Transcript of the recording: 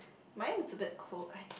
mine it's a bit cold I